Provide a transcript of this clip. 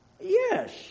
Yes